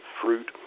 fruit